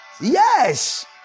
Yes